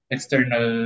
External